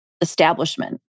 establishment